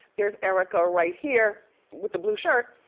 there's erika right here with the blue shirt,